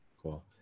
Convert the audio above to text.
Cool